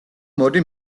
მოდი